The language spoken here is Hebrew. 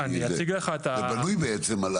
זה בנוי בעצם על